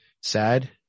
sad